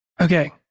Okay